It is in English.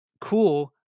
cool